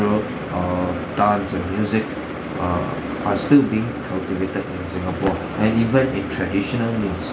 err dance and music err are still being cultivated in singapore and even in traditional music